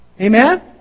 Amen